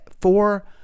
four